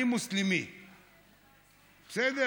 אני מוסלמי, בסדר?